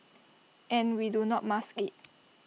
and we do not mask IT